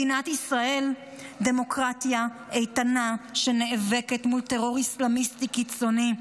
מדינת ישראל היא דמוקרטיה איתנה שנאבקת מול טרור אסלאמיסטי קיצוני.